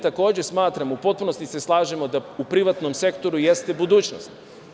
Takođe, smatramo, u potpunosti se slažemo, da u privatnom sektoru jeste budućnost.